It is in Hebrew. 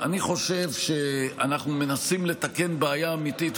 אני חושב שאנחנו מנסים לתקן בעיה אמיתית,